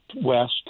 west